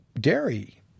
dairy